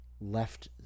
left